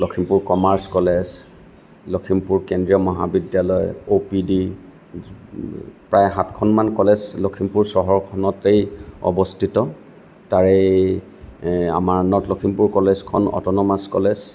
Lakhimpur commerce college Lakhimpur কেন্দ্ৰীয় মহাবিদ্যালয় OPD প্ৰায় সাতখনমান কলেজ লখিমপুৰ চহৰখনতেই অৱস্থিত তাৰেই আমাৰ নৰ্থ লখিমপুৰ কলেজখন অ'টোনমাছ কলেজ